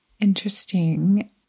interesting